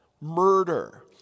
murder